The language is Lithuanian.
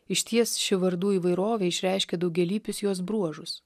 išties ši vardų įvairovė išreiškia daugialypius jos bruožus